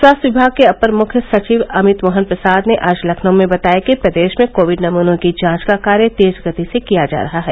स्वास्थ्य विभाग के अपर मुख्य सचिव अमित मोहन प्रसाद ने आज लखनऊ में बताया कि प्रदेश में कोविड नमूनों की जांच का कार्य तेज गति से किया जा रहा है